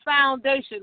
foundation